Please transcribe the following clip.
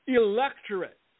electorate